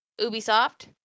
Ubisoft